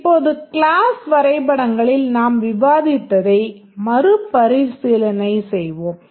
இப்போது க்ளாஸ் வரைபடங்களில் நாம் விவாதித்ததை மறுபரிசீலனை செய்வோம்